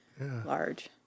large